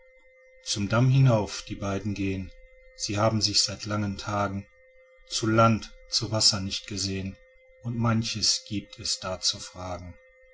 zum damm hinauf die beiden gehn sie haben sich seit langen tagen zu land zu wasser nicht gesehn und manches giebt es da zu fragen